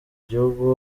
gihugu